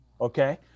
Okay